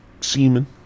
semen